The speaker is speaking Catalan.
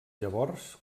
llavors